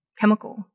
chemical